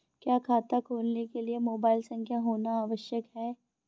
क्या खाता खोलने के लिए मोबाइल संख्या होना आवश्यक है?